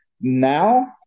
now